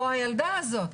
או הילדה הזאת.